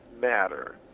matter